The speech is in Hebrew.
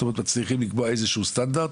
זאת אומרת, מצליחים לקבוע איזשהו סטנדרט.